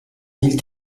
mille